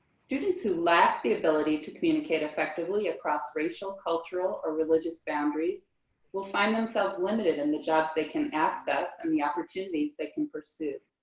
students who lack the ability to communicate effectively across racial, racial, cultural or religious boundaries will find themselves limited in the jobs they can access and the opportunities they can pursue.